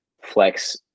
flex